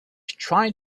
trying